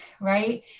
right